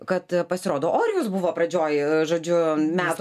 kad pasirodo orijus buvo pradžioj žodžiu metų